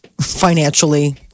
financially